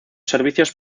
servicios